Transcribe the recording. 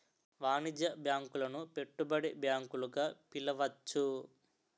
వాణిజ్య బ్యాంకులను పెట్టుబడి బ్యాంకులు గా పిలవచ్చు